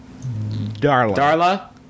Darla